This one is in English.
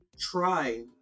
try